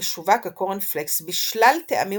ומשווק הקורנפלקס בשלל טעמים